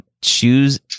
choose